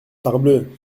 parbleu